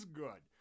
good